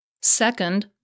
Second